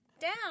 down